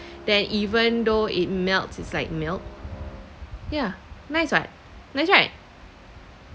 then even though it melts it's like milk yeah nice [what] nice right